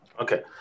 Okay